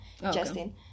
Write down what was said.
Justin